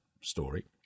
story